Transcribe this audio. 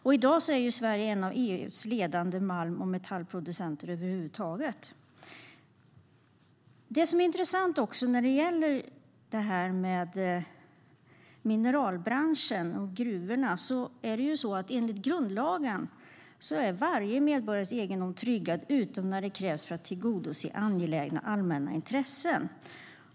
Och i dag är Sverige en av EU:s ledande malm och metallproducenter. Det som också är intressant när det gäller mineralbranschen och gruvorna är att varje medborgares egendom enligt grundlagen är tryggad utom när det krävs att man tillgodoser angelägna allmänna intressen.